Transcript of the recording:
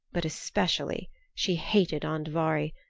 but especially she hated andvari,